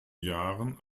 jahren